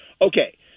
Okay